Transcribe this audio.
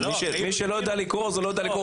מי שלא יודע לקרוא לא יודע לקרוא,